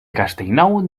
castellnou